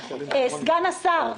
סגן השר,